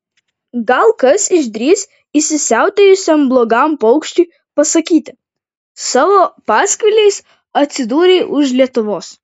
gal kas išdrįs įsisiautėjusiam blogam paukščiui pasakyti savo paskviliais atsidūrei už lietuvos